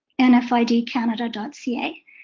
nfidcanada.ca